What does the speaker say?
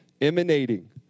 emanating